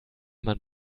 man